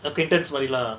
acquaintance மாரி:mari lah